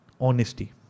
honesty